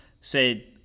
say